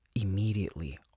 immediately